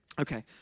Okay